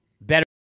better